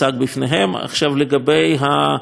עכשיו, לגבי המשך הדיון,